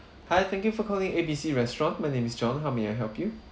hi thank you for calling A B C restaurant my name is john how may I help you